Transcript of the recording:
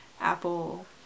apple